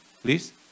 please